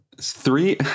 Three